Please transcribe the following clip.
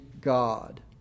God